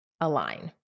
align